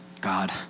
God